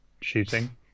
shooting